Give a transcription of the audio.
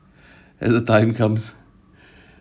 as the time comes